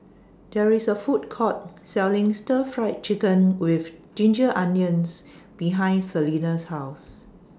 There IS A Food Court Selling Stir Fried Chicken with Ginger Onions behind Selena's House